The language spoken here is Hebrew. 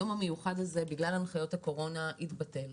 היום המיוחד הזה, בגלל הנחיות הקורונה, התבטל,